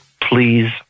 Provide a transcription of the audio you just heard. please